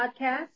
Podcast